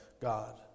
God